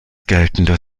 geltende